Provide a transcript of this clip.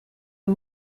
een